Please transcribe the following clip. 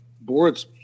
boards